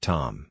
Tom